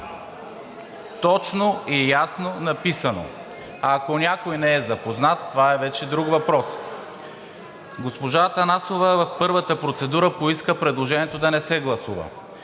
Точно и ясно написано. Ако някой не е запознат, това е вече друг въпрос. Госпожа Атанасова в първата процедура поиска предложението да не се гласува.